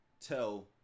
tell